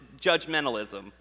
judgmentalism